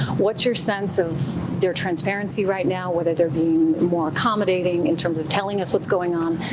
what's your sense of their transparency right now, whether they're being more accommodating in terms of telling us what's going on,